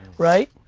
right?